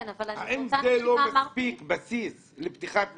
האם זה לא בסיס מספיק לפתיחה בחקירה?